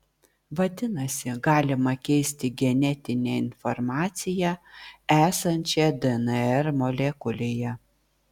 vadinasi galima keisti genetinę informaciją esančią dnr molekulėje